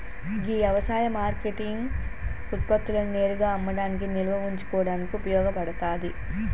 గీ యవసాయ మార్కేటింగ్ ఉత్పత్తులను నేరుగా అమ్మడానికి నిల్వ ఉంచుకోడానికి ఉపయోగ పడతాది